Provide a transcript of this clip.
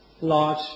large